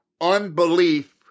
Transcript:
Unbelief